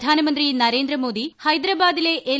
പ്രധാനമന്ത്രി നരേന്ദ്രമോദി ഹൈദരാബാദിലെ എൽ